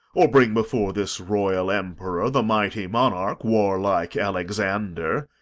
or bring before this royal emperor the mighty monarch, warlike alexander.